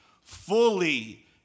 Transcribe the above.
fully